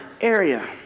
area